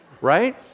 right